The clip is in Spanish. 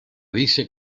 dice